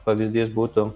pavyzdys būtų